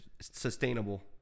sustainable